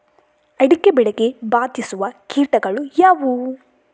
ಅಡಿಕೆ ಬೆಳೆಗೆ ಬಾಧಿಸುವ ಕೀಟಗಳು ಯಾವುವು?